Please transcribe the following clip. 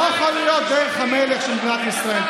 לא יכולות להיות דרך המלך של מדינת ישראל.